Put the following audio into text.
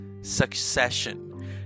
Succession